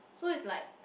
so it's like